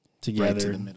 together